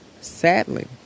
sadly